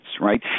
right